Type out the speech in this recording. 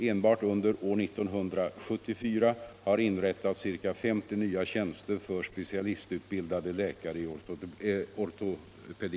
Enbart under år 1974 har inrättats ca 50 nya tjänster för specialistutbildade läkare i ortopedi.